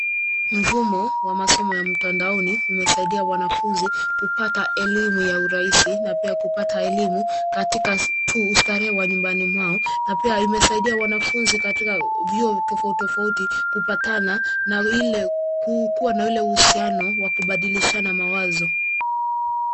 Mfumo wa masomo ya mtandaoni umesaidia wanafunzi kupata elimu ya urahisi na pia kupata elimu katika ustarehe wa nyumbani mwao, na pia imesaidia wanafunzi katika nyuo tofauti kupatana na ile kuwa na ile uhusiano wa kubadlishana mawazo.